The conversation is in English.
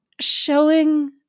showing